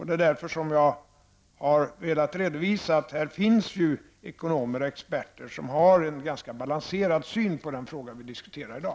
Det är därför som jag har velat redovisa att det finns ekonomer och experter som har en ganska balanserad syn på den fråga som vi diskuterar i dag.